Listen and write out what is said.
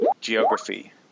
Geography